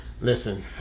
Listen